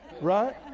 Right